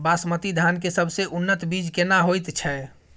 बासमती धान के सबसे उन्नत बीज केना होयत छै?